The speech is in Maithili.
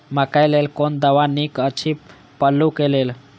मकैय लेल कोन दवा निक अछि पिल्लू क लेल?